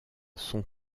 sont